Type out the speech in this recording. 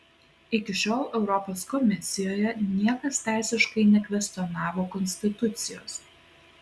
iki šiol europos komisijoje niekas teisiškai nekvestionavo konstitucijos